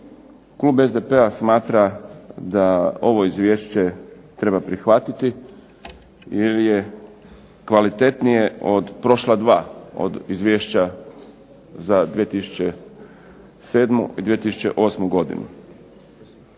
Klub SDP-a smatra da ovo izvješće treba prihvatiti jer je kvalitetnije od prošla dva, od izvješća za 2007. i 2008. godinu.